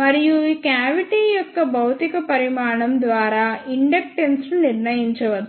మరియు ఈ క్యావిటీ యొక్క భౌతిక పరిమాణం ద్వారా ఇండక్టెన్స్ను నిర్ణయించవచ్చు